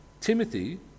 Timothy